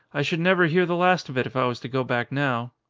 i should never hear the last of it if i was to go back now.